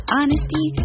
honesty